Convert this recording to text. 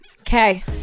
Okay